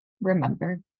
remember